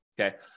Okay